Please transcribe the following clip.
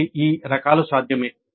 కాబట్టి ఈ రకాలు సాధ్యమే